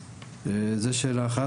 זו שאלה אחת.